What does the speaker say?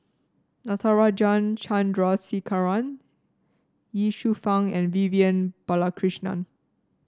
Natarajan Chandrasekaran Ye Shufang and Vivian Balakrishnan